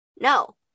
No